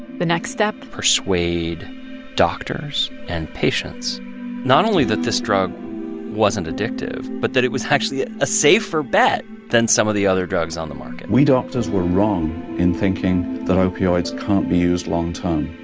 the next step. persuade doctors and patients not only that this drug wasn't addictive, but that it was actually a safer bet than some of the other drugs on the market we doctors were wrong in thinking that opioids can't be used long-term.